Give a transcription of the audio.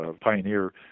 Pioneer